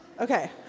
Okay